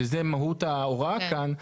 שזה מהות ההוראה כאן,